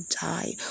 die